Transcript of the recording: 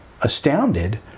astounded